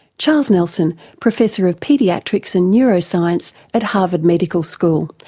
charles nelson, professor of paediatrics and neuroscience at harvard medical school,